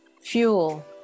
Fuel